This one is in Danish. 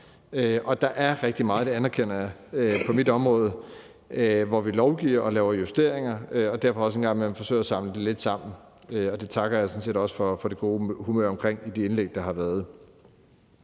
og der er rigtig meget – det anerkender jeg – på mit område, hvor vi lovgiver og laver justeringer, og derfor forsøger vi også en gang imellem at samle det lidt sammen. Og jeg takker sådan set også for det gode humør i de indlæg, der har været.